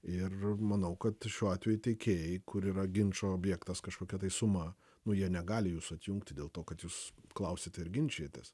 ir manau kad šiuo atveju tiekėjai kur yra ginčo objektas kažkokia tai suma nu jie negali jūsų atjungti dėl to kad jūs klausiate ir ginčijatės